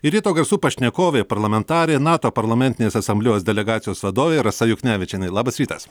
ir ryto garsų pašnekovė parlamentarė nato parlamentinės asamblėjos delegacijos vadovė rasa juknevičienė labas rytas